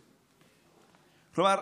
כלומר,